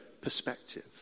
perspective